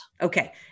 Okay